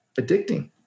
addicting